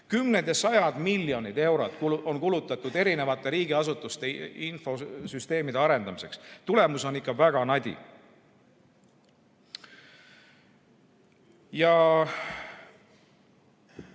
kümned ja sajad miljonid eurod on kulutatud erinevate riigiasutuste infosüsteemide arendamiseks. Tulemus on ikka väga nadi. Jälgimisest.